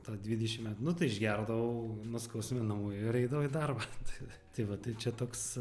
tą dvidešim metų nu tai išgerdavau nuskausminamųjų ir eidavau į darbą tai tai vat tai čia toks